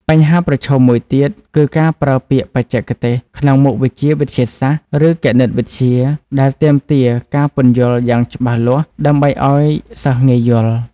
បញ្ហាប្រឈមមួយទៀតគឺការប្រើពាក្យបច្ចេកទេសក្នុងមុខវិជ្ជាវិទ្យាសាស្ត្រ ឬគណិតវិទ្យាដែលទាមទារការពន្យល់យ៉ាងច្បាស់លាស់ដើម្បីឱ្យសិស្សងាយយល់។